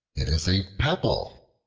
it is a pebble.